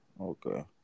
Okay